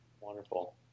Wonderful